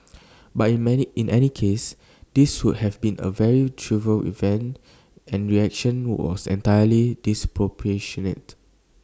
but in many in any case this would have been A very trivial event and reaction was entirely disproportionate